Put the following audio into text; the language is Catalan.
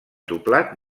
doblat